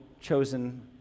chosen